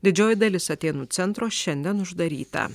didžioji dalis atėnų centro šiandien uždaryta